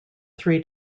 three